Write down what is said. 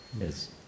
Yes